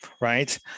right